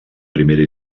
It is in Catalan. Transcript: primera